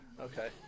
Okay